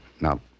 Now